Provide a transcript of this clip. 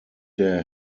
der